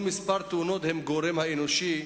שמספר התאונות עם הגורם האנושי,